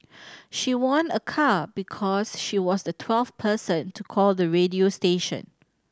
she won a car because she was the twelfth person to call the radio station